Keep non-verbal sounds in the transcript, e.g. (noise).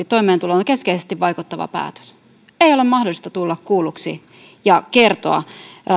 (unintelligible) toimeentuloon keskeisesti vaikuttava päätös ei ole mahdollisuutta tulla kuulluksi ja kertoa